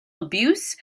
abuse